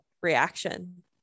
reaction